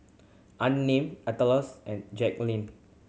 unnamed Aleta and Jackeline